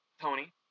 Tony